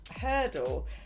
hurdle